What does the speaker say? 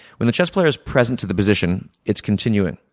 when the chess player is present to the position, it's continuing.